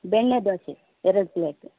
ಬೆಣ್ಣೆದೋಸೆ ಎರಡು ಪ್ಲೇಟ್